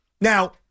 Now